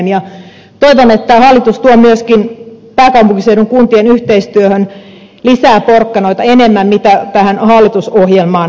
toivon että hallitus tuo myöskin pääkaupunkiseudun kuntien yhteistyöhön lisää porkkanoita enemmän kuin tähän hallitusohjelmaan on kirjattu